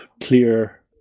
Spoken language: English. clear